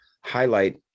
highlight